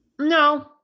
No